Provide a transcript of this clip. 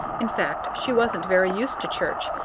in fact, she wasn't very used to church,